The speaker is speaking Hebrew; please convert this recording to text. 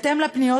בהתאם לפניות,